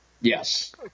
Yes